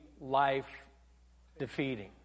life-defeating